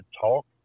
talk